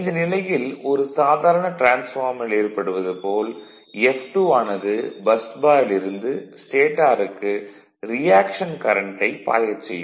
இந்த நிலையில் ஒரு சாதாரண டிரான்ஸ்பார்மரில் ஏற்படுவது போல F2 ஆனது பஸ் பாரில் இருந்து ஸ்டேடாருக்கு ரியாக்ஷன் கரண்ட்டை பாயச் செய்யும்